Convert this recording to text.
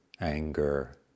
anger